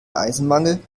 eisenmangel